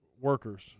workers